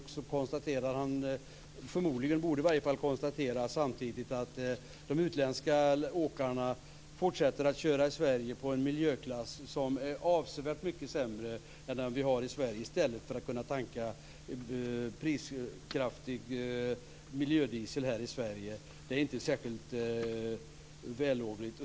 Han konstaterar samtidigt - eller borde i varje fall konstatera - att de utländska åkarna fortsätter att köra i Sverige på en miljöklass som är avsevärt mycket sämre än den vi har i Sverige i stället för att kunna tanka prisvärd miljödiesel här i Sverige. Det är inte särskilt vällovligt.